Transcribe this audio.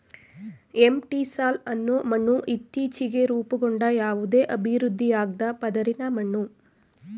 entisol ಅನ್ನೋ ಮಣ್ಣು ಇತ್ತೀಚ್ಗೆ ರೂಪುಗೊಂಡ ಯಾವುದೇ ಅಭಿವೃದ್ಧಿಯಾಗ್ದ ಪದರಿನ ಮಣ್ಣು